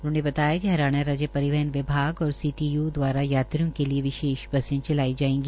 उन्होंने बताया कि हरियाणा राज्य परिवाहन विभाग और सीटीयू दवारा यात्रियों के लिए विशेष बसें चलाई जायेंगी